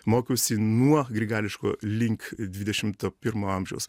mokiausi nuo grigališkojo link dvidešimto pirmo amžiaus